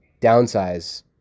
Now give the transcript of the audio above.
downsize